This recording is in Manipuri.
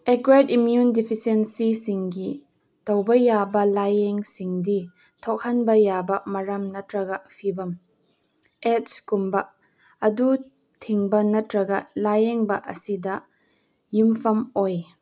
ꯑꯦꯀ꯭ꯋꯦꯌꯔ ꯏꯃ꯭ꯌꯨꯏꯟ ꯗꯤꯐꯤꯁꯦꯟꯁꯤꯁꯤꯡꯒꯤ ꯇꯧꯕ ꯌꯥꯕ ꯂꯥꯌꯦꯡꯁꯤꯡꯗꯤ ꯊꯣꯛꯍꯟꯕ ꯌꯥꯕ ꯃꯔꯝ ꯅꯠꯇ꯭ꯔꯒ ꯐꯤꯕꯝ ꯑꯦꯗꯁꯀꯨꯝꯕ ꯑꯗꯨ ꯊꯤꯡꯕ ꯅꯠꯇ꯭ꯔꯒ ꯂꯥꯌꯦꯡꯕ ꯑꯁꯤꯗ ꯌꯨꯝꯐꯝ ꯑꯣꯏ